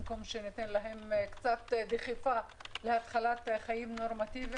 במקום שניתן להם קצת דחיפה להתחלת חיים נורמטיביים